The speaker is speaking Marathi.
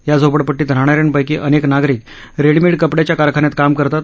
या झोपडपट् ीत राहाणाऱ्यांपैकी अनेक नागरिक रेडीमेड कपड्याच्या कारखान्यात काम करतात